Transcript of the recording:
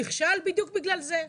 נכשל בדיוק בגלל זה.